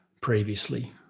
previously